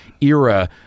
era